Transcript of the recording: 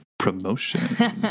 promotion